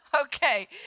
Okay